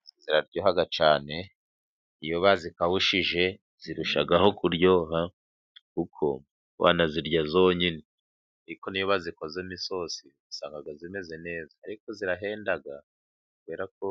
Indagara ziraryoha cyane iyo bazikawushije zirushaho kuryoha kuko banazirya zonyine. Ariko niyo bazikozemo isose usanga zimeze neza, ariko zirahenda kubera ko